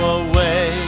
away